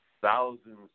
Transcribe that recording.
thousands